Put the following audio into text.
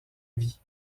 vie